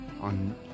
on